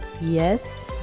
Yes